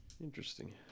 Interesting